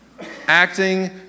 Acting